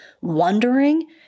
wondering